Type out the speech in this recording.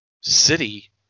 city